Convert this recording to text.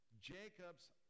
Jacob's